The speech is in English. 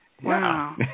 Wow